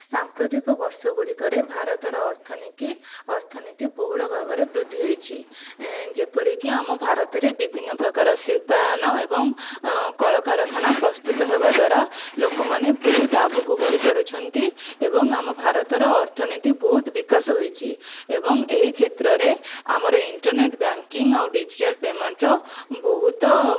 ସାଂପ୍ରତିକ ବର୍ଷ ଗୁଡ଼ିକରେ ଭାରତର ଅର୍ଥନୀକି ଅର୍ଥନୀତି ବହୁଳ ଭାବରେ ବୃଦ୍ଧି ହୋଇଛି ଏଁ ଯେପରିକି ଆମ ଭାରତରେ ବିଭିନ୍ନ ପ୍ରକାର ଶିଳ୍ପାୟନ ଏବଂ କଳକାରଖାନା ପ୍ରସ୍ତୁତ ହେବା ଦ୍ଵାରା ଲୋକମାନେ ବହୁତ ଆଗକୁ ବଢ଼ି ପାରୁଛନ୍ତି ଏବଂ ଆମ ଭାରତର ଅର୍ଥନୀତି ବହୁତ ବିକାଶ ହୋଇଛି ଏବଂ ଏହି କ୍ଷେତ୍ରରେ ଆମର ଇଣ୍ଟରନେଟ ବ୍ୟାଙ୍କିଂ ଆଉ ଡିଜିଟାଲ ପେମେଣ୍ଟେର ବହୁତ